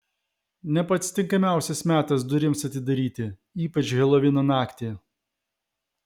ne pats tinkamiausias metas durims atidaryti ypač helovino naktį